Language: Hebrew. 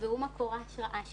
והוא מקור ההשראה שלי.